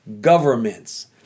governments